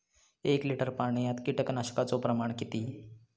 एक लिटर पाणयात कीटकनाशकाचो प्रमाण किती?